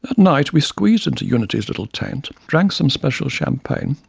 night, we squeezed into unity's little tent, drank some special champagne,